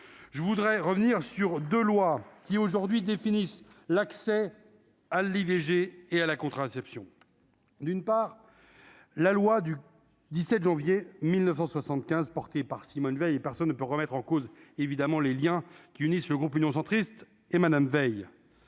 je voudrais revenir sur 2 lois qui, aujourd'hui, définit l'accès à l'IVG et à la contraception, d'une part, la loi du 17 janvier 1975 portée par Simone Veil et personne ne peut remettre en cause évidemment les Liens qui unissent le groupe Union centriste et Madame Veil